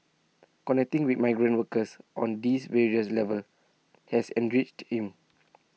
connecting with migrant workers on these various levels has enriched him